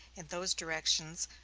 in those directions,